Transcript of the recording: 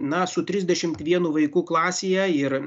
na su trisdešimt vienu vaiku klasėje ir